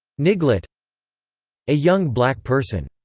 niglet a young black person.